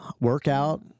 workout